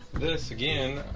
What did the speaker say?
this again.